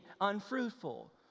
unfruitful